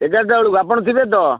ଏଗାରଟା ବେଳକୁ ଆପଣ ଥିବେ ତ